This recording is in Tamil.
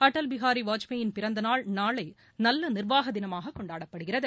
அடல் பிகாரி வாஜ்பாயின் பிறந்த நாள் நாளை நல்ல நிர்வாக தினமாக கொண்டாடப்படுகிறது